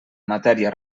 matèria